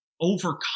overcome